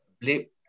blip